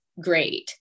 great